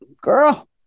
girl